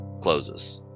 closes